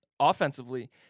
offensively